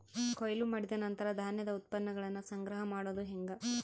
ಕೊಯ್ಲು ಮಾಡಿದ ನಂತರ ಧಾನ್ಯದ ಉತ್ಪನ್ನಗಳನ್ನ ಸಂಗ್ರಹ ಮಾಡೋದು ಹೆಂಗ?